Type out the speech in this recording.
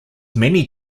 many